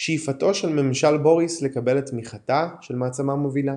שאיפתו של ממשל בוריס לקבל את תמיכתה של מעצמה מובילה.